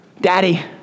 Daddy